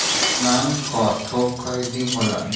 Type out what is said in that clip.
सामान क थोक खरीदी होला